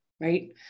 Right